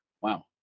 Wow